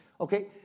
Okay